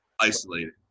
isolated